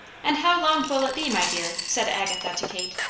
and how long will it be, my dear, said agatha to kate,